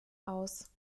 aus